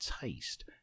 taste